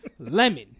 Lemon